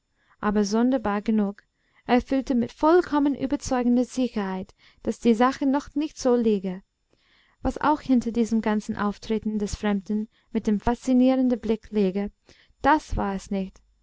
aber sonderbar genug er fühlte mit vollkommen überzeugender sicherheit daß die sache doch nicht so läge was auch hinter diesem ganzen auftreten des fremden mit dem faszinierenden blick läge das war es nicht